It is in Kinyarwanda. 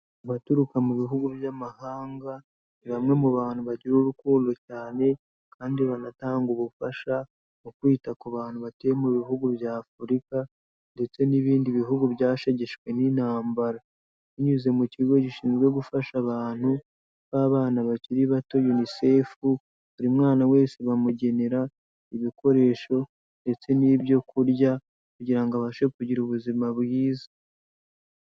Abaturuka mu bihugu by'amahanga, ni bamwe mu bantu bagira urukundo cyane, kandi banatanga ubufasha, mu kwita ku bantu batuye mu bihugu bya Afurika, ndetse n'ibindi bihugu byashegeshwe n'intambara. Binyuze mu kigo gishinzwe gufasha abantu, b'abana bakiri bato UNICEF, buri mwana wese bamugenera ibikoresho, ndetse n'ibyo kurya, kugira ngo abashe kugira ubuzima bwiza.